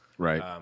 Right